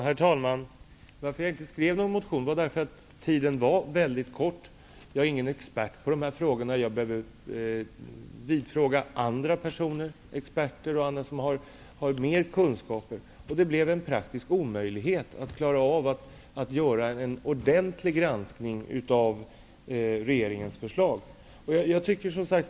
Herr talman! Anledningen till att jag inte skrev någon motion var att tiden var mycket knapp. Jag är ingen expert på dessa frågor, och jag hade fått lov att rådgöra med experter eller andra som har större kunskaper än jag. Det blev praktiskt omöjligt att göra en ordentlig granskning av regeringens förslag.